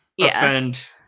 offend